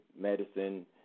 medicine